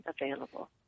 available